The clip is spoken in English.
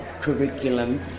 curriculum